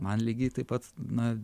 man lygiai taip pat na